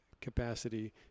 capacity